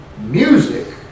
music